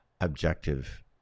objective